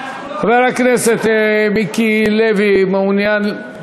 חבר הכנסת מיקי לוי, מעוניין?